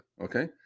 Okay